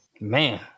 Man